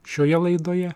šioje laidoje